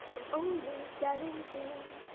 i'm only seventeen,